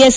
S